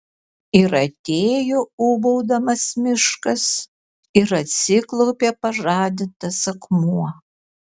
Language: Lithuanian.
ir atėjo ūbaudamas miškas ir atsiklaupė pažadintas akmuo